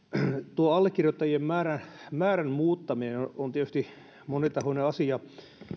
tuo allekirjoittajien määrän määrän muuttaminen on on tietysti monitahoinen asia